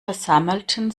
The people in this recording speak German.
versammelten